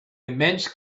immense